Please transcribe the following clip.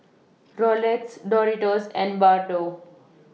Rolex Doritos and Bardot